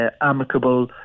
amicable